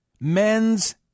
men's